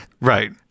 right